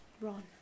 Ron